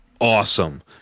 awesome